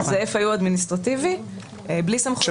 שזה FIU אדמיניסטרטיבי בלי סמכויות.